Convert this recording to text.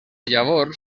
llavors